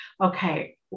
okay